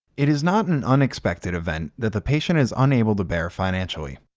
it is not an unexpected event that the patient is unable to bear financially.